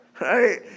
Right